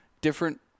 different